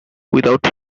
without